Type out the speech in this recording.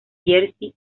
jersey